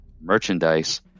merchandise